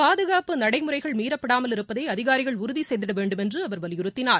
பாதுகாப்பு நடைமுறைகள் மீறப்படாமல் இருப்பதை அதிகாரிகள் உறுதி செய்திட வேண்டுமென்றும் அவர் வலியுறுத்தினார்